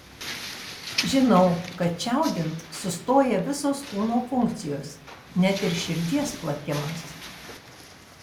žinau kad čiaudint sustoja visos kūno funkcijos net ir širdies plakimas